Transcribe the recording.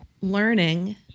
learning